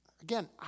Again